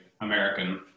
American